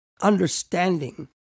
understanding